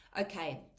Okay